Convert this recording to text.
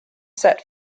set